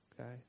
Okay